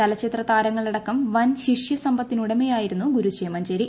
ചലച്ചിത്ര താരങ്ങളടക്കം വൻ ശിഷ്യസമ്പത്തിനുടമയായിരുന്നു ഗുരു ചേമഞ്ചേരി